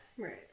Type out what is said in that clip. right